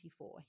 24